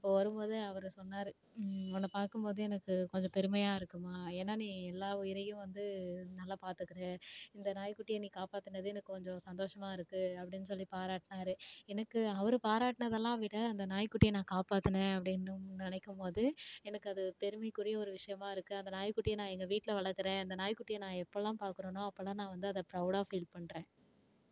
அப்போது வரும்போது அவர் சொன்னார் உன்னை பார்க்கும்போதே எனக்கு கொஞ்சம் பெருமையாக இருக்கும்மா ஏன்னால் நீ எல்லா உயிரையும் வந்து நல்லா பார்த்துக்கிற இந்த நாய்குட்டியை நீ காப்பற்றினதே எனக்கு கொஞ்சம் சந்தோஷமாக இருக்குது அப்படின் சொல்லி பாராட்டினாரு எனக்கு அவர் பாராட்டிினதுலாம் விட அந்த நாய்குட்டியை நான் காப்பாற்றினேன் அப்படினு நினைக்கும்போது எனக்கு அது பெருமைக்குரிய ஒரு விஷயமாக இருக்குது அந்த நாய்குட்டியை நான் எங்கள் வீட்டில் வளர்க்குறேன் அந்த நாய்குட்டியை நான் எப்பெலாம் பார்க்குறனோ அப்பெலாம் நான் வந்து அதை ப்ரௌடாக ஃபீல் பண்ணுறேன்